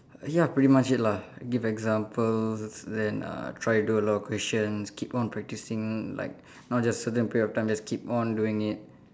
ya pretty much it lah give examples then uh try do a lot of questions keep on practicing like not just certain period of time just keep on doing it